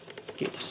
kiitos